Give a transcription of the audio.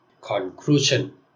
Conclusion